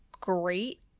great